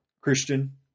Christian